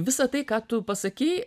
visa tai ką tu pasakei